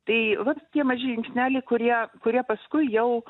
tai vat tie maži žingsneliai kurie kurie paskui jau